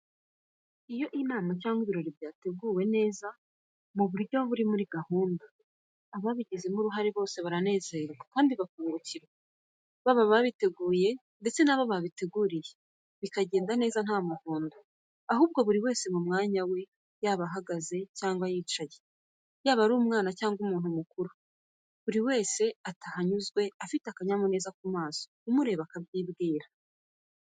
Iyo inama cyangwa ibirori byateguwe neza mu buryo burimo gahunda, ababigizemo uruhare bose baranezerwa kandi bakungukirwa, baba ababiteguye ndetse n'abo babiteguriye, bikagenda neza nta muvundo ahubwo buri wese ari mu mwanya we, yaba ahagaze cyangwa yicaye, yaba ari umwana cyangwa umuntu mukuru, buri wese ataha anyuzwe, afite akanyamuneza ku maso, uramureba ukabyibwira.